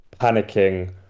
panicking